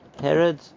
Herod